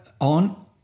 on